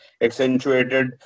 accentuated